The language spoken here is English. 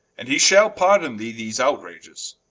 and he shall pardon thee these outrages?